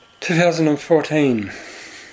2014